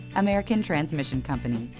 american transmission company,